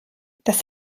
das